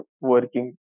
working